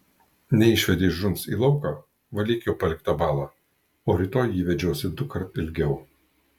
neišvedei šuns į lauką valyk jo paliktą balą o rytoj jį vedžiosi dukart ilgiau